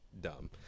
dumb